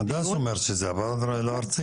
הדס אומרת שזה עבר לארצי.